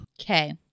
Okay